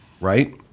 right